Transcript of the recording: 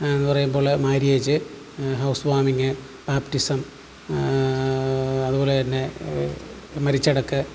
എന്നു പറയുമ്പോൾ marriage house വാമിങ്ങ് ബാപ്റ്റിസം അതുപോലെ തന്നെ മരിച്ചടക്ക്